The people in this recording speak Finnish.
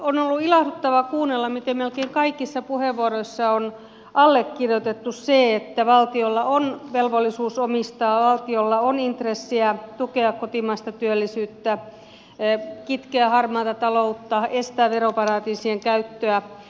on ollut ilahduttavaa kuunnella miten melkein kaikissa puheenvuoroissa on allekirjoitettu se että valtiolla on velvollisuus omistaa valtiolla on intressiä tukea kotimaista työllisyyttä kitkeä harmaata taloutta estää veroparatiisien käyttöä